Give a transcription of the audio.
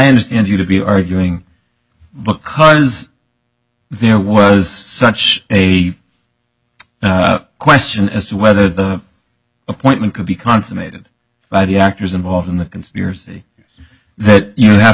understand you to be arguing because there was such a question as to whether the appointment could be consummated by the actors involved in the conspiracy that you